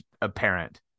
apparent